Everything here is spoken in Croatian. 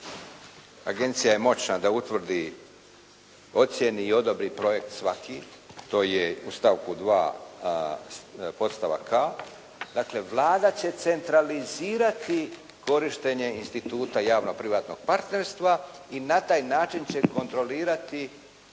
agencija je moćna da utvrdi, ocijeni i odobri projekt svaki, to je u stavku 2. podstavak a), dakle Vlada će centralizirati korištenje instituta javno-privatnog partnerstva i na taj način će kontrolirati